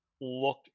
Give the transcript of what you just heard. look